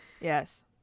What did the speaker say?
Yes